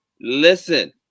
Listen